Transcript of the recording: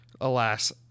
alas